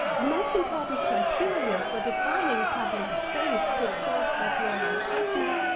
the most important criteria for defining public space put forth by florian kreppner,